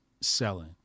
selling